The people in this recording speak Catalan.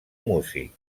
músic